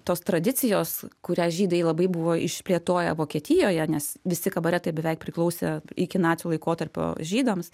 tos tradicijos kurią žydai labai buvo išplėtoję vokietijoje nes visi kabaretai beveik priklausė iki nacių laikotarpio žydams